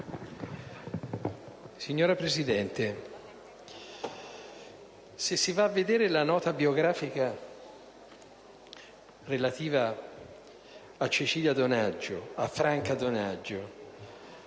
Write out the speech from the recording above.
Signora Presidente, andando a leggere la nota biografica relativa a Cecilia Donaggio (a Franca Donaggio)